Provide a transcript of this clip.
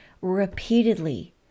repeatedly